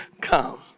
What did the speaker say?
come